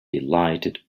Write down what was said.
delighted